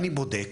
ואני בודק